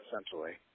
essentially